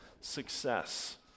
success